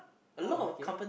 oh okay